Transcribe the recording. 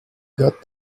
got